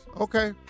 Okay